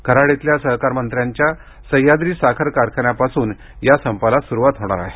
कराड येथील सहकार मंत्र्यांच्या सह्याद्री साखर कारखान्यापासून या संपाला सुरुवात होणार आहे